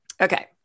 okay